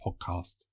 podcast